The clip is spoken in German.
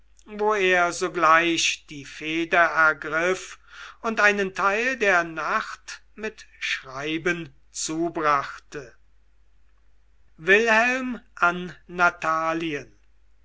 wo er sogleich die feder ergriff und einen teil der nacht mit schreiben zubrachte wilhelm an natalien